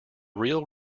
real